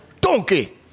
Donkey